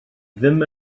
ddim